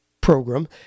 program